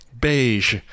Beige